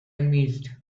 missed